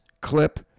clip